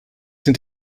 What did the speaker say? sind